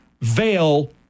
veil